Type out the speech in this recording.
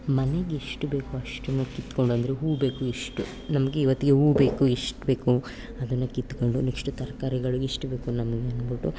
ಮನೇಗೆ ಎಷ್ಟು ಬೇಕು ಅಷ್ಟನ್ನು ಕಿತ್ಕೊಂಡು ಅಂದರೆ ಹೂವು ಬೇಕು ಇಷ್ಟು ನಮಗೆ ಇವತ್ತಿಗೆ ಹೂವು ಬೇಕು ಎಷ್ಟು ಬೇಕು ಅದನ್ನು ಕಿತ್ಕೊಂಡು ನೆಕ್ಸ್ಟು ತರಕಾರಿಗಳು ಎಷ್ಟು ಬೇಕು ನಮಗೆ ಅಂದ್ಬಿಟ್ಟು